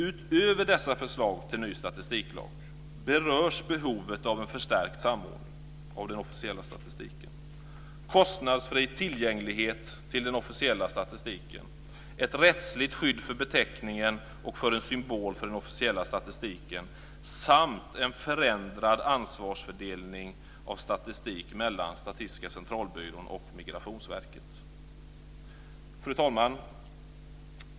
Utöver dessa förslag till ny statistiklag berörs behovet av en förstärkt samordning av den officiella statistiken, kostnadsfri tillgänglighet till den officiella statistiken, ett rättsligt skydd för beteckningen och för en symbol för den officiella statistiken samt en förändrad ansvarsfördelning mellan Statistiska centralbyrån och Migrationsverket när det gäller statistik. Fru talman!